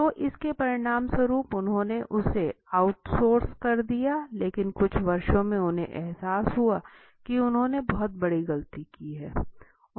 तो इसके परिणाम स्वरुप उन्होंने उसे आउटसोर्स कर दिया लेकिन कुछ वर्षों में उन्हें एहसास हुआ कि उन्होंने बहुत बड़ी गलती की है